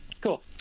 Cool